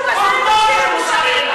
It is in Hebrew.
את צריכה להתבייש,